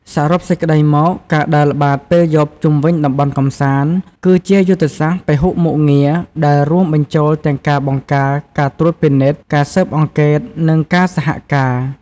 សរុបសេចក្តីមក ការដើរល្បាតពេលយប់ជុំវិញតំបន់កម្សាន្ត គឺជាយុទ្ធសាស្ត្រពហុមុខងារដែលរួមបញ្ចូលទាំងការបង្ការ ការត្រួតពិនិត្យ ការស៊ើបអង្កេត និងការសហការ។